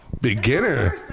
beginner